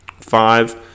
five